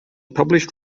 published